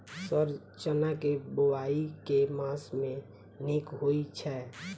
Sir चना केँ बोवाई केँ मास मे नीक होइ छैय?